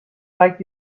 like